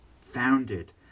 founded